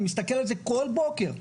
אני מסתכל על זה כל בוקר.